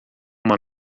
uma